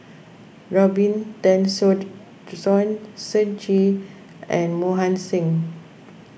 Robin Tessensohn Shen Xi and Mohan Singh